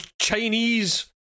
Chinese